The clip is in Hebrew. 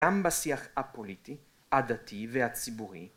גם בשיח הפוליטי, הדתי, והציבורי.